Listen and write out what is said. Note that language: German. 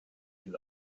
viel